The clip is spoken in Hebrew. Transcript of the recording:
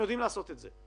הם יודעים לעשות את זה.